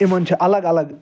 تمن چھِ اَلَگ اَلَگ